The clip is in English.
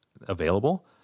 available